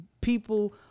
people